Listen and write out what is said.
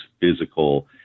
physical